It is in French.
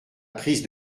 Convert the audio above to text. prise